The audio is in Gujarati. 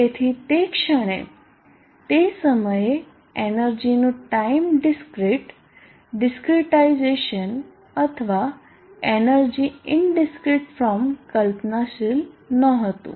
તેથી તે ક્ષણે તે સમયે એનર્જીનું ટાઈમ ડિસક્રિટ ડીસ્ક્રીટાઈઝેશન અથવા એનર્જી ઇનડીસ્ક્રિટ ફોર્મ કલ્પનાશીલ નહોતું